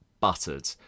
Buttered